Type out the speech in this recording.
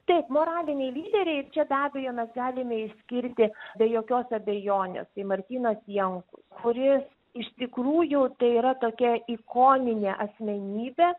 taip moraliniai lyderiai ir čia be abejo mes galime išsiskirti be jokios abejonės tai martynas jankus kuris iš tikrųjų tai yra tokia ikoninė asmenybė